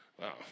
wow